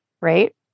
right